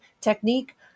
technique